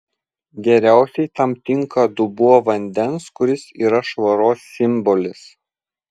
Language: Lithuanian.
geriausiai tam tinka dubuo vandens kuris yra švaros simbolis